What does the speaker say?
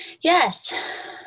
Yes